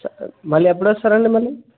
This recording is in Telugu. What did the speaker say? మళ్ళీ ఎప్పుడు వస్తారండి మళ్ళీ